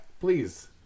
Please